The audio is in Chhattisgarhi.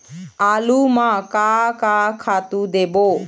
आलू म का का खातू देबो?